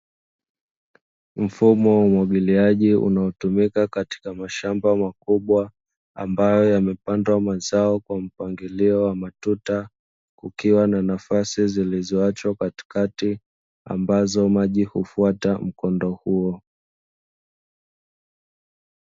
Mfumo wa umwagiliaji unaotumika katika mashamba makubwa, ambayo yamepandwa mazao kwa mpangilio wa matuta, kukiwa na nafasi zilizoachwa katikati, ambazo maji hufuata mkondo huo.